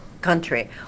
country